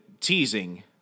teasing